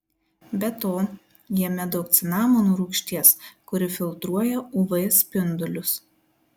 be to jame daug cinamono rūgšties kuri filtruoja uv spindulius